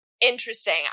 interesting